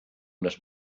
unes